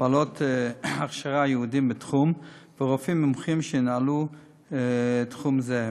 בעלות הכשרה ייעודית בתחום ורופאים מומחים שינהלו תחום זה.